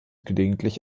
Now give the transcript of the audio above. gelegentlich